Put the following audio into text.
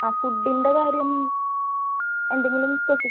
ആ ഫുഡിൻ്റെ കാര്യം എന്തെങ്കിലും